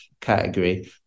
category